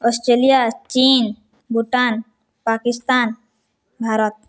Australia ଚୀନ ଭୁଟାନ ପାକିସ୍ତାନ ଭାରତ